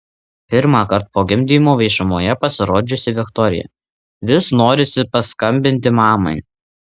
pirmąkart po gimdymo viešumoje pasirodžiusi viktorija vis norisi paskambinti mamai